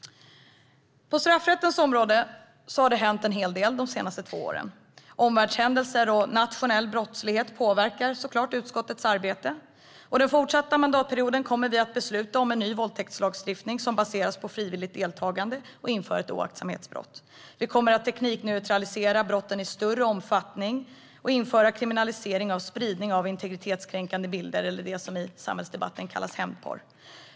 På straffrättens område har det hänt en hel del de senaste två åren. Omvärldshändelser och nationell brottslighet påverkar såklart utskottets arbete. Under fortsättningen av mandatperioden kommer vi att besluta om en ny våldtäktslagstiftning som baseras på frivilligt deltagande, och vi inför ett oaktsamhetsbrott. Vi kommer att i större omfattning teknikneutralisera brotten och införa kriminalisering av spridning av integritetskränkande bilder - det som i samhällsdebatten kallas hämndporr.